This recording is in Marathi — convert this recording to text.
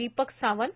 दीपक सावंत